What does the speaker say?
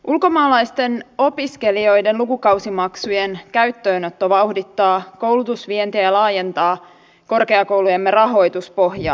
ulkomaalaisten opiskelijoiden lukukausimaksujen käyttöönotto vauhdittaa koulutusvientiä ja laajentaa korkeakoulujemme rahoituspohjaa